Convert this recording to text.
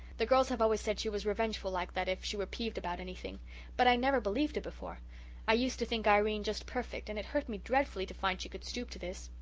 the girls have always said she was revengeful like that if she were peeved about anything but i never believed it before i used to think irene just perfect, and it hurt me dreadfully to find she could stoop to this.